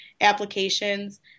applications